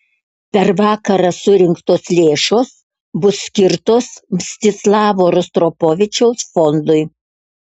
per vakarą surinktos lėšos bus skirtos mstislavo rostropovičiaus fondui